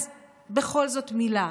אז בכל זאת מילה,